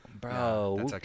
Bro